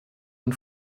und